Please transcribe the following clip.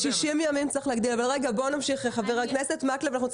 אנחנו צריכים לסיים ב-11:00 ואנחנו רוצים